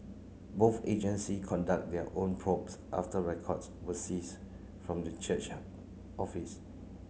both agency conduct their own probes after records were seized from the church office